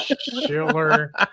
Schiller